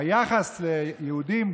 והיחס ליהודים,